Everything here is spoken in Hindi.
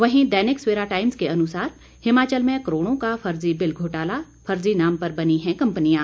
वहीं दैनिक सवेरा टाइम्स के अनुसार हिमाचल में करोड़ों का फर्जी बिल घोटाला फर्जी नाम पर बनी है कंपनियां